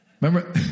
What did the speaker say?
Remember